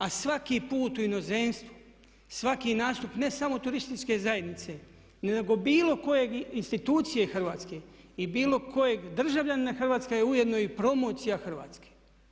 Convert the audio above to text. A svaki put u inozemstvu svaki nastup ne samo turističke zajednice nego bilo koje institucije hrvatske i bilo kojeg državljanina Hrvatske je ujedno i promocija Hrvatske.